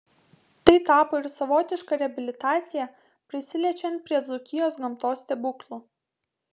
tai tapo ir savotiška reabilitacija prisiliečiant prie dzūkijos gamtos stebuklų